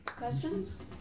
questions